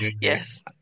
yes